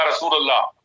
Rasulullah